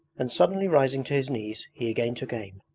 and suddenly rising to his knees he again took aim.